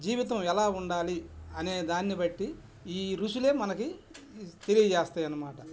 జీవితం ఎలా ఉండాలి అనే దాన్ని బట్టి ఈ రుచులే మనకి తెలియజేస్తాయనమాట